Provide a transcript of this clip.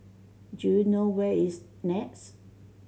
do you know where is NEX